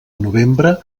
novembre